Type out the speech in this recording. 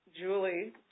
Julie